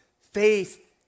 faith